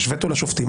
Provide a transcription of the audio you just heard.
יש וטו לשופטים,